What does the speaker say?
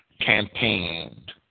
campaigned